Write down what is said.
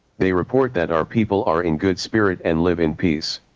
they report that our people are in good spirit and live in peace.